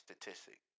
statistic